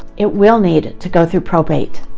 it will need to go through probate.